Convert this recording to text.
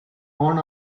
one